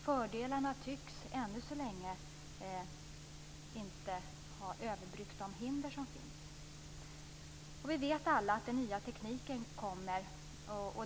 Fördelarna tycks ännu inte ha överbryggt de hinder som finns. Vi vet alla att den nya tekniken kommer.